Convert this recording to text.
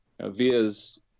Via's